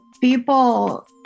people